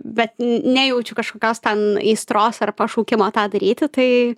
bet nejaučiu kažkokios ten aistros ar pašaukimo tą daryti tai